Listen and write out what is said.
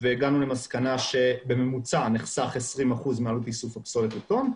והגענו למסקנה שבממוצע נחסכו 20% מעלות איסוף הפסולת לטון.